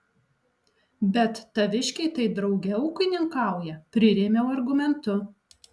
bet taviškiai tai drauge ūkininkauja prirėmiau argumentu